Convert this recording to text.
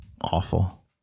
Awful